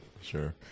Sure